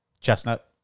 chestnut